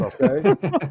okay